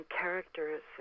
characters